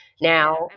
now